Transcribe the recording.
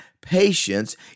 Patience